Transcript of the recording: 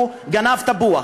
הוא גנב תפוח.